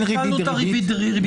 אין ריבית דריבית.